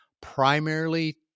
primarily